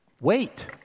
Wait